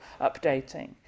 updating